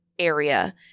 Area